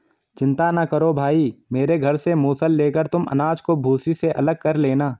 चिंता ना करो भाई मेरे घर से मूसल लेकर तुम अनाज को भूसी से अलग कर लेना